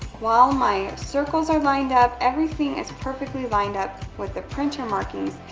while my circles are lined up, everything is perfectly lined up with the printer markings,